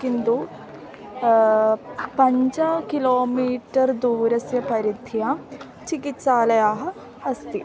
किन्तु पञ्च किलोमीटर् दूरस्य परीध्य चिकित्सालयः अस्ति